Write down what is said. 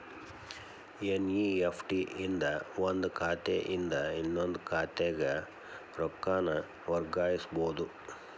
NEFT ಇಂದ ಒಂದ್ ಖಾತೆಯಿಂದ ಇನ್ನೊಂದ್ ಖಾತೆಗ ರೊಕ್ಕಾನ ವರ್ಗಾಯಿಸಬೋದು